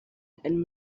and